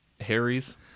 Harry's